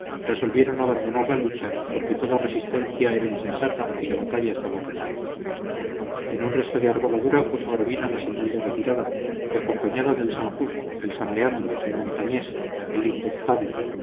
resolvieron abandonar la lucha porque toda resistencia era insensata y la batalla estaba perdida en un resto de arboladura puso gravina la señal de retirada y acompañado del san justo el san leandro el